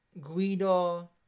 Guido